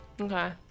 okay